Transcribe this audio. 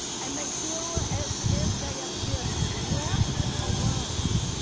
and they feel as if they have been left alone.